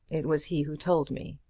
it was he who told me.